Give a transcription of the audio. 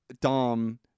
Dom